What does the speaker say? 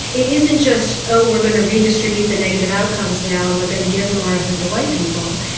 it isn't just, oh, we're going to redistribute the negative outcomes now and we're going to give more of them to white people.